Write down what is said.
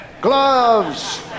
gloves